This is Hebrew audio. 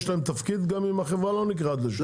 להם תפקיד גם אם החברה לא נקעת לשניים,